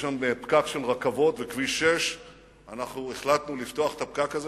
יש לנו פקק של רכבות וכביש 6. אנחנו החלטנו לפתוח את הפקק הזה,